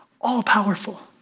All-powerful